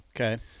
Okay